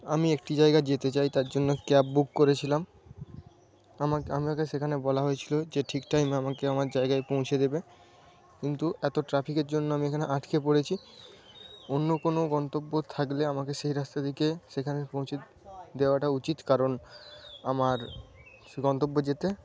আমি একটি জায়গা যেতে চাই তার জন্য ক্যাব বুক করেছিলাম আমাকে সেখানে বলা হয়েছিলো যে ঠিক টাইমে আমাকে আমার জায়গায় পৌঁছে দেবে কিন্তু এতো ট্রাফিকের জন্য আমি এখানে আটকে পড়েছি অন্য কোনো গন্তব্য থাকলে আমাকে সেই রাস্তা দিকে সেখানে পৌঁছে দেওয়াটা উচিৎ কারন আমার গন্তব্যে যেতে